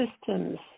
systems